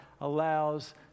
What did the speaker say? allows